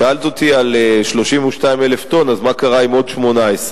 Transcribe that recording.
שאלת אותי על 32,000 טונות, אז מה קרה עם עוד 18?